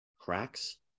cracks